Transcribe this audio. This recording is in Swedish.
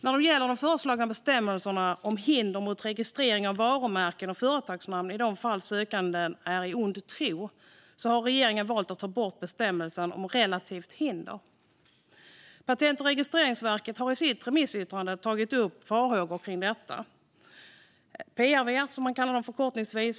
När det gäller de föreslagna bestämmelserna om hinder mot registrering av varumärken och företagsnamn i de fall sökande är i ond tro har regeringen har valt att ta bort bestämmelsen om relativt hinder. Patent och registreringsverket, PRV, har i sitt remissyttrande tagit upp farhågor kring detta.